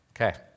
okay